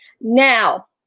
Now